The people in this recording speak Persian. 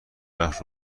رفت